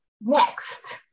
next